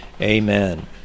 amen